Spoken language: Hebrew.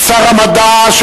את שר המדע של